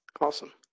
Awesome